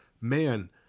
man